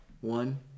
One